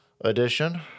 Edition